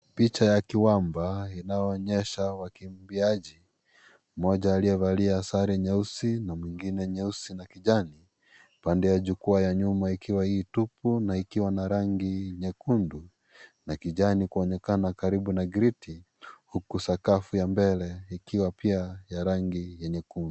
Picha ya kiwamba. Inaonyesha wakimbiaji, mmoja aliyevalia asali nyeusi na mwingine nyeusi na kijani pande ya jukwaa ya nyuma ikiwa hii tupu na ikiwa na rangi nyekundu na kijani kuonekana karibu na grid huku sakafu ya mbele ikiwa pia ya rangi ya nyekundu.